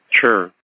Sure